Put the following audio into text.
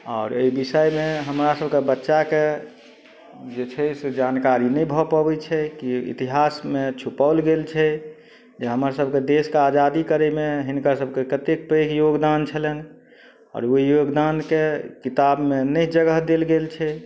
आओर अइ विषयमे हमरा सभके बच्चाके जे छै से जानकारी नहि भऽ पबय छै कि इतिहासमे छुपाओल गेल छै जे हमर सभके देशके आजादी करयमे हिनकर सभके कतेक पैघ योगदान छलनि आओर ओइ योगदानके किताबमे नहि जगह देल गेल छै